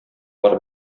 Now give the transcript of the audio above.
бар